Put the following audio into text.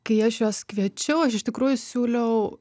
kai aš juos kviečiau aš iš tikrųjų siūliau